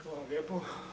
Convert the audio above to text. Hvala lijepo.